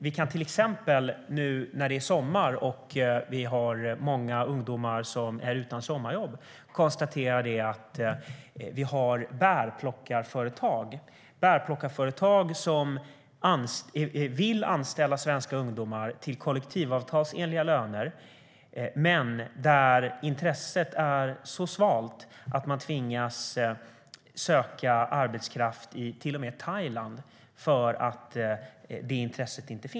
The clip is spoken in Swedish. Vi kan till exempel nu när det är sommar och vi har många ungdomar som är utan sommarjobb konstatera att det finns bärplockarföretag som vill anställa svenska ungdomar till kollektivavtalsenliga löner, men intresset är så svalt att man tvingas söka arbetskraft till och med i Thailand.